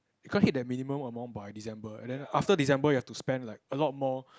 I can't hit the minimum amount by December and then after December you have to spend like a lot more